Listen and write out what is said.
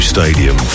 Stadium